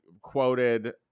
quoted